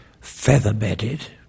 feather-bedded